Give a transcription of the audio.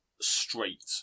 straight